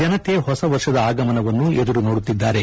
ಜನತೆ ಹೊಸ ವರ್ಷದ ಆಗಮನವನ್ನು ಎದುರು ನೋಡುತ್ತಿದ್ದಾರೆ